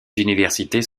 universités